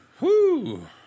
Woo